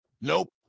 Nope